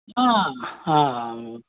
हा हा